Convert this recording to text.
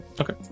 Okay